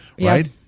right